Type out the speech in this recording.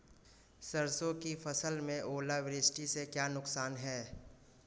सरसों की फसल में ओलावृष्टि से क्या नुकसान है?